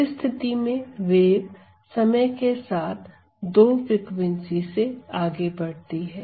इस स्थिति में वेव समय के साथ दो फ्रीक्वेंसी से आगे बढ़ती है